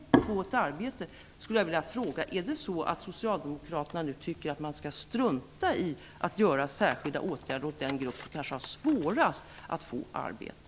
Tycker socialdemokraterna nu att man skall strunta i att vidta särskilda åtgärder för den grupp som kanske ha svårast att få arbete?